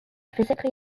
physically